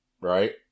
right